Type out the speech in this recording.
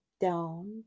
down